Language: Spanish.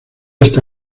esta